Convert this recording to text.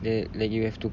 that like you have to